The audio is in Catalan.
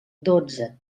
dotze